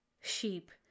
sheep